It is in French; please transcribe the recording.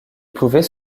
pouvaient